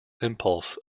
impulse